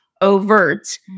overt